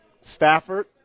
Stafford